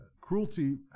Cruelty